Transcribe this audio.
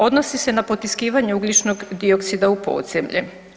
Odnosi se na potiskivanje ugljičnog dioksida u podzemlje.